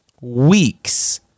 weeks